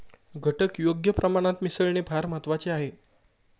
घटक योग्य प्रमाणात मिसळणे फार महत्वाचे आहे